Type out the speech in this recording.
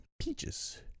peaches